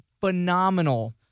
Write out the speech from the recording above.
phenomenal